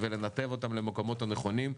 ולנתב אותן למקומות הנכונים.